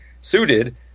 suited